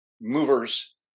movers